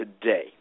today